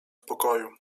pokoju